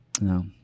no